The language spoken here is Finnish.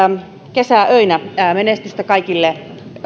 kesäöinä menestystä kaikille